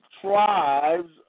tribes